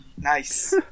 Nice